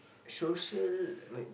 social